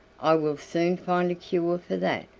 i will soon find a cure for that,